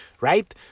right